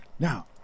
Now